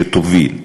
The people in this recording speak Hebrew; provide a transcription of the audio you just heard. שתוביל,